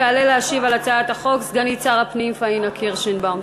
תעלה להשיב על הצעת החוק סגנית שר הפנים פניה קירשנבאום.